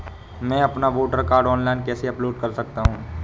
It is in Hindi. मैं अपना वोटर कार्ड ऑनलाइन कैसे अपलोड कर सकता हूँ?